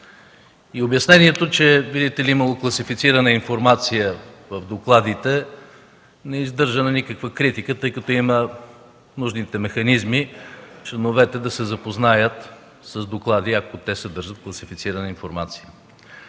Обяснението, че видите ли имало класифицирана информация в докладите, не издържа на никаква критика, тъй като има нужните механизми членовете да се запознаят с доклади, ако те съдържат класифицирана информация.